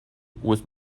was